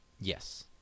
Yes